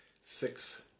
six